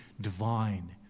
divine